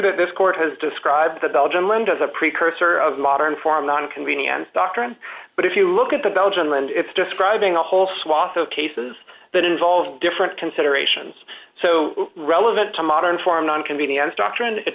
that this court has described the belgian land as a precursor of modern form not a convenient doctrine but if you look at the belgian land it's describing a whole swath of cases that involve different considerations so relevant to modern forms on convenience doctrine